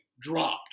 dropped